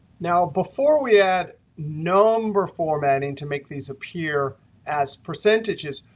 now, before we add number formatting to make these appear as percentages,